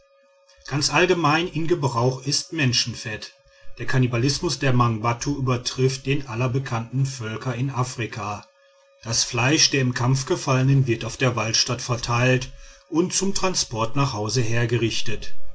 ganz allgemein in gebrauch ist menschenfett der kannibalismus der mangbattu übertrifft den aller bekannten völker in afrika das fleisch der im kampf gefallenen wird auf der walstatt verteilt und zum transport nach haus hergerichtet